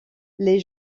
les